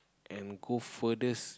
and go furthest